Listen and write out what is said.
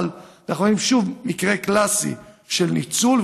אבל אנחנו רואים שוב מקרה קלאסי של ניצול.